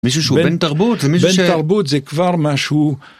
בן תרבות זה כבר משהו